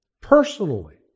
personally